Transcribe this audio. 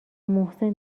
محسن